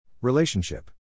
Relationship